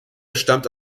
stammte